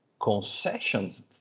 concessions